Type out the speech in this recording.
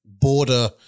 border